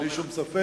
בלי שום ספק,